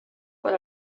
per